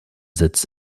sitz